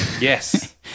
Yes